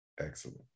Excellent